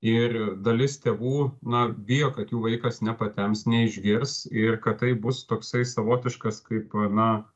ir dalis tėvų na bijo kad jų vaikas nepatemps neišgirs ir kad tai bus toksai savotiškas kaip na